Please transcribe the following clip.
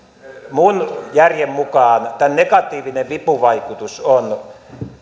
minun järkeni mukaan negatiivinen vipuvaikutus on